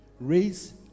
raise